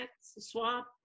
swap